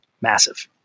Massive